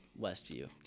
Westview